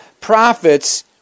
prophets